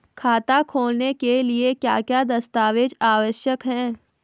खाता खोलने के लिए क्या क्या दस्तावेज़ आवश्यक हैं?